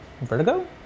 Vertigo